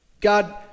God